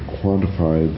quantify